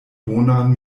bonan